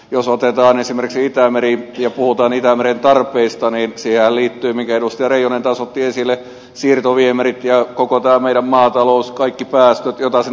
jos otetaan esimerkki itämeri ja puhutaan itämeren tarpeista niin ja liittyy mikä nosti reijonen taas otti esille siirtoviemärit ja koko itämeren maatalous kaikki päästöt jokaisen